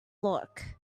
look